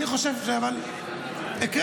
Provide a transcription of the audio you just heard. אני חושב, אבל הקראתי.